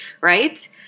right